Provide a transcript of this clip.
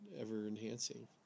ever-enhancing